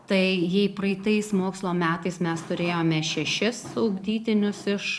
tai jei praeitais mokslo metais mes turėjome šešis ugdytinius iš